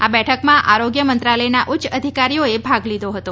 આ બેઠકમાં આરોગ્ય મંત્રાલયના ઉચ્ચ અધિકારીઓએ ભાગ લીધો હતો